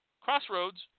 crossroads